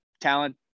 talent